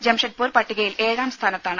ജംഷഡ്പൂർ പട്ടികയിൽ ഏഴാം സ്ഥാനത്താണ്